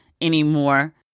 anymore